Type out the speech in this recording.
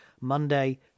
Monday